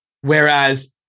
whereas